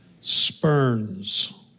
spurns